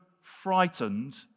frightened